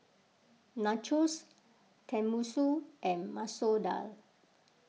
Nachos Tenmusu and Masoor Dal